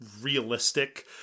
realistic